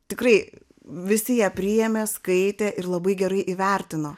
tikrai visi ją priėmė skaitė ir labai gerai įvertino